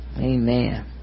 Amen